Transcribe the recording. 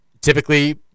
typically